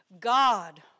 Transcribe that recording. God